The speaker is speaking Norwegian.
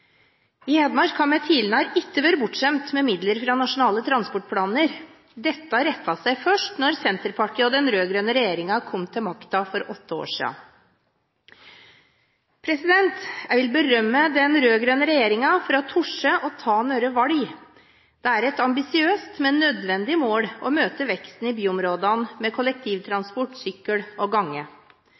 I Hedmark har vi tidligere ikke vært bortskjemt med midler fra nasjonale transportplaner. Dette rettet seg først da Senterpartiet og den rød-grønne regjeringen kom til makten for åtte år siden. Jeg vil berømme den rød-grønne regjeringen for å tørre å ta noen valg. Det er et ambisiøst, men nødvendig mål å møte veksten i byområdene med kollektivtransport, sykkel og gange.